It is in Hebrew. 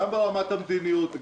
גם ברמת המדיניות,